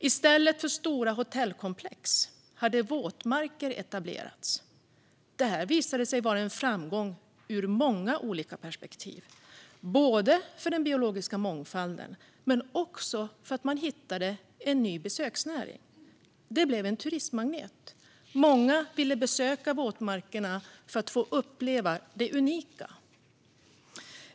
I stället för stora hotellkomplex hade våtmarker etablerats. Det visade sig vara en framgång ur många olika perspektiv, både för den biologiska mångfalden och för att man hittade en ny besöksnäring. Det blev en turistmagnet. Många ville besöka våtmarkerna för att få uppleva det unika.